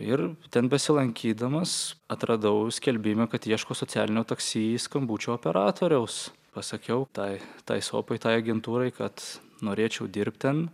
ir ten besilankydamas atradau skelbimą kad ieško socialinio taksi skambučių operatoriaus pasakiau tai tai sopai tai agentūrai kad norėčiau dirbt ten